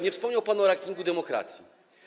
Nie wspomniał pan o rankingu demokracji.